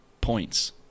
points